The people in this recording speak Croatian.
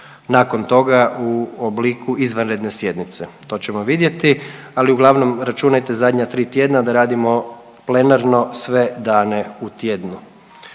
nakon toga u obliku izvanredne sjednice, to ćemo vidjeti. Ali uglavnom računajte zadnja tri tjedna da radimo plenarno sve dane u tjednu.